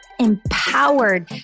empowered